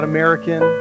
American